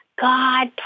God